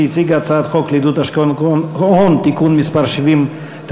שהציג את הצעת חוק לעידוד השקעות הון (תיקון מס' 70),